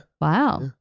Wow